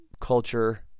Culture